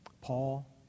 Paul